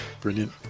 Brilliant